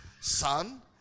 son